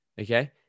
Okay